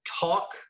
talk